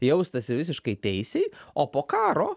jaustasi visiškai teisiai o po karo